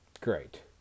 great